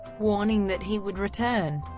warning that he would return.